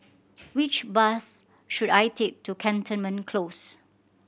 which bus should I take to Cantonment Close